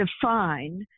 Define